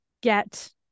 get